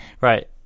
Right